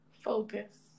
Focus